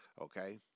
okay